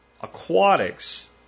aquatics